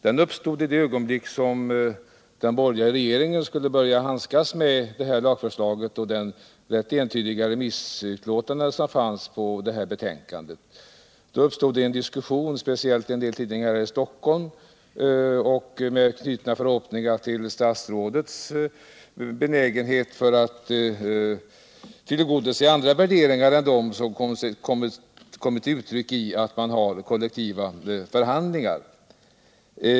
Den uppstod i det ögonblick som den borgerliga regeringen skulle börja handskas med utredningsförslaget och det entydiga remissutfallet. Då. uppstod en diskussion, speciellt i en del tidningar här i Stockholm, grundad på förhoppningar knutna till statsrådets benägenhet att tillgodose andra värderingar än dem som kommit till uttryck i att man har kollektiva förhandlingar.